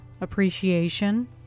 appreciation